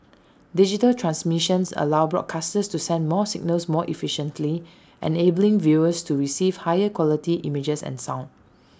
digital transmissions allow broadcasters to send more signals more efficiently enabling viewers to receive higher quality images and sound